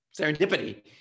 serendipity